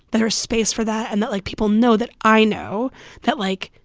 there's space for that and that, like, people know that i know that, like,